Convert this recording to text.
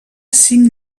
cinc